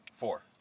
Four